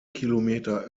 kilometer